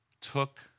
took